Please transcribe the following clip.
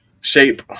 shape